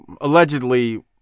allegedly